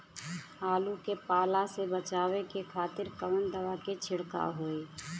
आलू के पाला से बचावे के खातिर कवन दवा के छिड़काव होई?